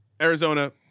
Arizona